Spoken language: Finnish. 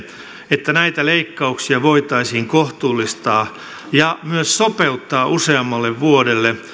että näitä leikkauksia voitaisiin kohtuullistaa ja myös sopeuttaa useammalle vuodelle